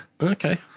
Okay